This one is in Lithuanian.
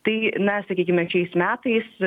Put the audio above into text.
tai na sakykime šiais metais